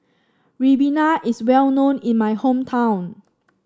Ribena is well known in my hometown